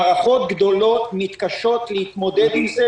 מערכות גדולות מתקשות להתמודד עם זה